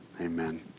Amen